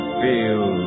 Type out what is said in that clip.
feel